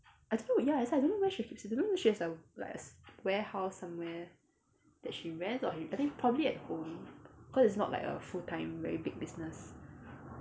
I don't know ya that's why I don't know where she keeps I don't know whether she has a like a warehouse somewhere that she rents or she I think probably at home cause it's not like a full time very big business